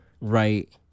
right